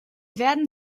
werden